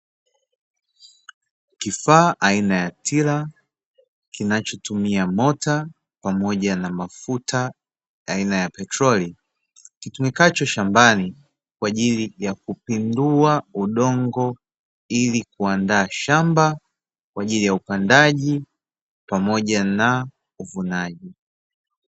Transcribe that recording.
Kifaa aina ya Tila, kinachotumia mota pamoja na mafuta aina ya petrol, kitumikacho shambani kwa ajili ya kupindua udongo ili kuandaa shamba, kwa ajili ya upandaji pamoja na uvunaji.